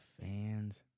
fans